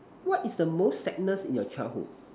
what is the most sadness in your childhood